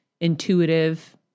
intuitive